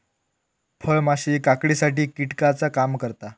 फळमाशी काकडीसाठी कीटकाचा काम करता